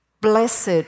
Blessed